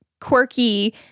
quirky